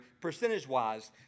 percentage-wise